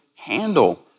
handle